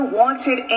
wanted